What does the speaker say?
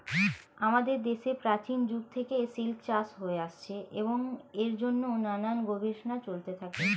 আমাদের দেশে প্রাচীন যুগ থেকে সিল্ক চাষ হয়ে আসছে এবং এর জন্যে নানান গবেষণা চলতে থাকে